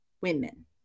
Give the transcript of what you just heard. women